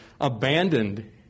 abandoned